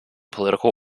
political